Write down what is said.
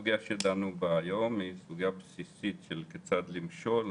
הסוגיה שדנו בה היום היא סוגיה בסיסית של כיצד למשול.